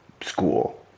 school